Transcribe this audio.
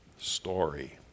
story